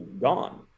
gone